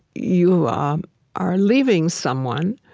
you are leaving someone,